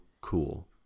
cool